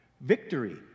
Victory